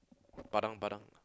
Padang Padang